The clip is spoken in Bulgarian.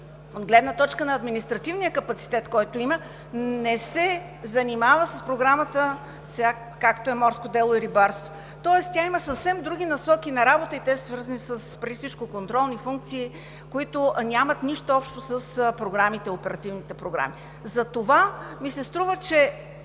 от гледна точка на административния капацитет, който има, не се занимава с Програмата за морско дело и рибарство, както е сега. Тоест тя има съвсем други насоки на работа и те са свързани преди всичко с контролни функции, които нямат нищо общо с оперативните програми. Затова ми се струва, че